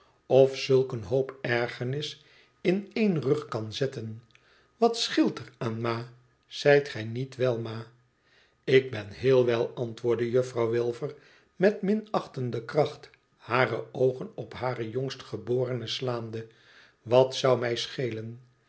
of zulk een hoop ergernis in één rug kan zetten wat scheelt er aan ma zijt gij niet wel ma ik ben heel wel antwoordde juffrouw wilfer met minachtende kracht hare oogen op hare jongstgeborene slaande twat zou mij schelen